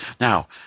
Now